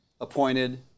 appointed